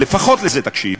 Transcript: ולפחות לזה תקשיב,